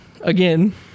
again